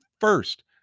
first